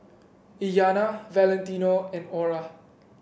Iyana Valentino and Orah